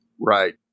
right